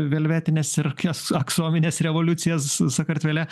velvetines ir kias aksomines revoliucijas s sakartvele